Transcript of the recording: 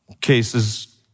Cases